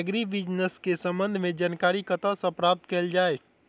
Agri business केँ संबंध मे जानकारी कतह सऽ प्राप्त कैल जाए?